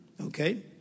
Okay